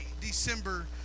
December